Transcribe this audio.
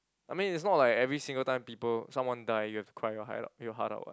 I mean it's not like every single time people someone died you have to cry your heart out your heart out [what]